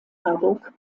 marburg